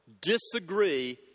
disagree